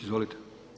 Izvolite.